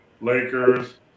lakers